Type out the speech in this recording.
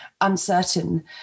uncertain